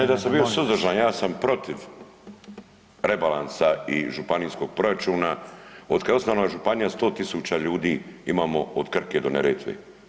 Ne da sam bio suzdržan, ja sam protiv rebalansa i županijskog proračuna, od kad je osnovana županija 100 tisuća ljudi imamo od Krke do Neretve.